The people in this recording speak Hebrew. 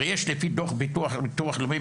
הרי יש לפי דוח ביטוח לאומי,